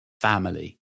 family